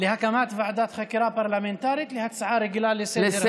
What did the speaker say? להקמת ועדת חקירה פרלמנטרית להצעה רגילה לסדר-היום.